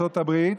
בארצות הברית,